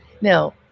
Now